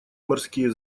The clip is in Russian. морские